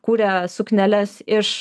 kūrė sukneles iš